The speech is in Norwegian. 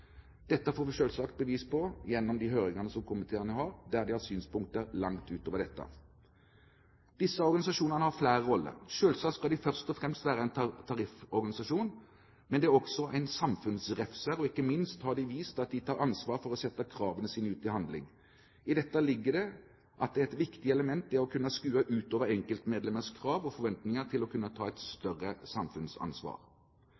Dette får vi selvsagt bevis på gjennom de høringene som komiteen har, der de har synspunkter langt utover dette. Disse organisasjonene har flere roller. Selvsagt skal de først og fremst være en tarifforganisasjon, men de er også en samfunnsrefser, og ikke minst har de vist at de tar ansvar for å sette kravene sine ut i handling. I dette ligger det at det er et viktig element å kunne skue utover enkeltmedlemmers krav og forventninger til å kunne ta et